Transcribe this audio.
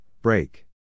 break